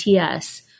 ATS